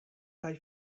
kaj